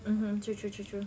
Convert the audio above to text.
mmhmm true true true true